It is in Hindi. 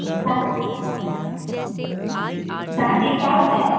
शादी कब है